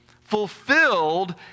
fulfilled